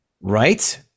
right